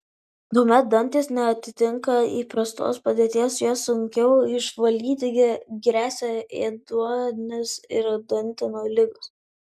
tuomet dantys neatitinka įprastos padėties juos sunkiau išvalyti gresia ėduonis ir dantenų ligos